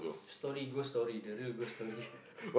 story ghost story the real ghost story